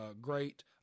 great